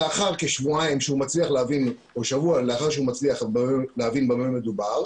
לאחר כשבועיים או שבוע שהוא מצליח להבין במה מדובר,